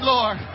Lord